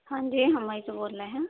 ہاں جی ہم وہیں سے بول رہے ہیں